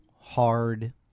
hard